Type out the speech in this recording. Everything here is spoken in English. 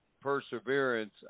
perseverance